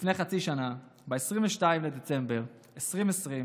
ולפני חצי שנה, ב-22 בדצמבר 2020,